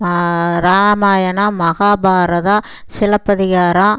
Ramayanam Mahabharata Silappatikaram